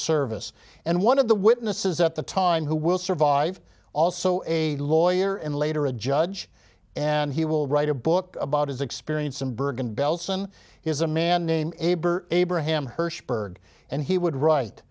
service and one of the witnesses at the time who will survive also a lawyer and later a judge and he will write a book about his experience in bergen belsen is a man named abe or abraham hirshberg and he would wri